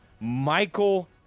Michael